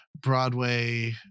broadway